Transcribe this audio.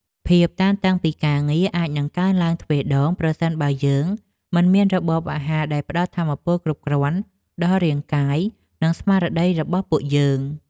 ភាពតានតឹងពីការងារអាចនឹងកើនឡើងទ្វេដង ប្រសិនបើយើងមិនមានរបបអាហារដែលផ្តល់ថាមពលគ្រប់គ្រាន់ដល់រាងកាយ និងស្មារតីរបស់ពួកយើង។